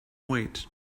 wait